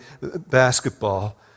basketball